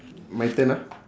my turn ah